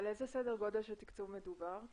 על איזה סדר גודל של תקצוב מדובר?